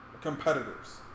competitors